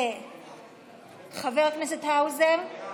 חבר הכנסת האוזר, בעד,